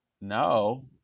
no